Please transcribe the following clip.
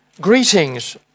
Greetings